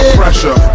pressure